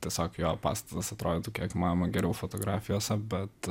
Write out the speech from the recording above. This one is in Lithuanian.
tiesiog jo pastatas atrodytų kiek įmanoma geriau fotografijose bet